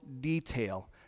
detail